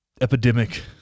epidemic